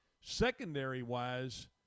Secondary-wise